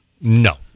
no